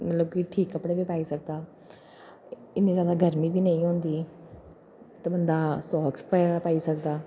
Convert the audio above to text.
लग्गै ठीक कपड़े बी पाई सकदा इन्नी जैदा गर्मी बी नेईं होंदी ते बंदा साक्स प पाई सकदा